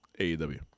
AEW